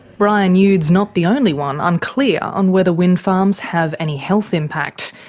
brian youd's not the only one unclear on whether wind farms have any health impact.